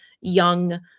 young